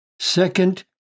Second